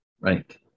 Right